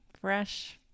Fresh